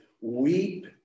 weep